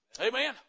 Amen